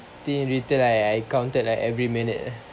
think retail I counted like every minute eh